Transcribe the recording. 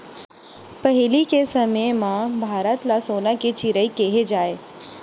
पहिली के समे म भारत ल सोन के चिरई केहे जाए